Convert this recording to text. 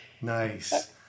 Nice